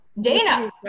Dana